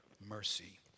mercy